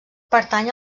pertany